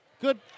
Good